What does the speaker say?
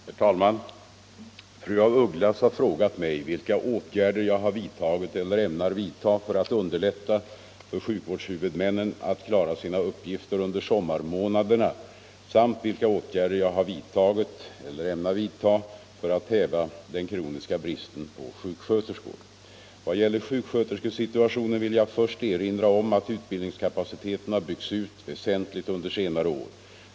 Herr talman! Fru af Ugglas har frågat mig vilka åtgärder jag har vidtagit eller ämnar vidta för att underlätta för sjukvårdshuvudmännen att klara sina uppgifter under sommarmånaderna samt vilka åtgärder jag har vidtagit eller ämnar vidta för att häva den kroniska bristen på sjuksköterskor. Vad gäller sjuksköterskesituationen vill jag först erinra om att utbildningskapaciteten har byggts ut väsentligt under senare år.